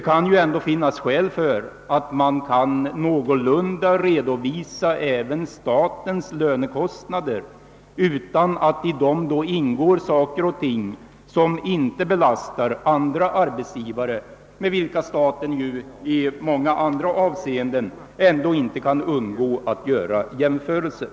Även statens lönekostnader bör kunna redovisas så, att däri inte ingår utgifter som inte belastar andra arbetsgivare, med vilka staten i många avseenden inte kan undgå jämförelser.